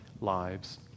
lives